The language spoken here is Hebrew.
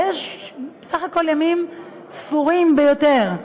ויש בסך הכול ימים ספורים ביותר כאלה.